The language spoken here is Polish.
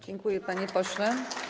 Dziękuję, panie pośle.